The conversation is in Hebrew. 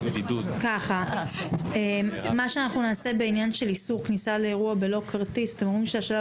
לגבי איסור כניסה לאירוע לא כרטיס אתם אומרים שהשלב